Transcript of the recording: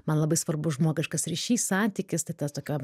man labai svarbus žmogiškas ryšys santykis tai tas tokio